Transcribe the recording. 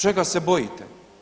Čega se bojite.